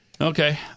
Okay